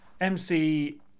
MC